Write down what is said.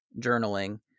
journaling